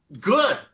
Good